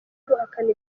guhakana